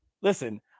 Listen